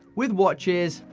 with watches,